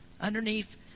Underneath